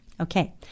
Okay